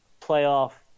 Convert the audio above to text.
playoff